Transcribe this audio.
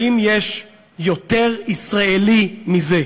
האם יש יותר ישראלי מזה?